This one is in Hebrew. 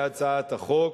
בהצעת החוק.